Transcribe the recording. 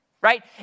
right